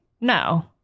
No